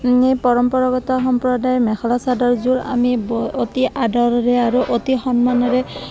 এই পৰম্পৰাগত সম্প্ৰদায়ৰ মেখেলা চাদাৰযোৰ আমি অতি আদৰেৰে আৰু অতি সন্মানেৰে